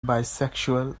bisexual